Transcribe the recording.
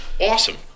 Awesome